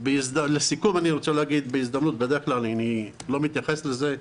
לסיכום, בדרך כלל אני לא מתייחס לזה,